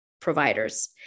providers